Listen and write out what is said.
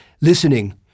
listening